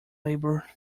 labour